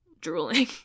drooling